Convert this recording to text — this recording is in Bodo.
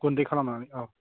गुन्दै खालामनानै